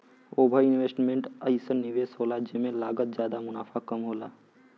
over investment अइसन निवेस होला जेमे लागत जादा मुनाफ़ा कम होला